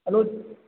hello